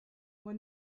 moi